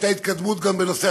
הייתה התקדמות גם בנושא